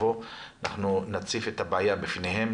נציף את הבעיה בפניהם,